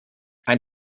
ein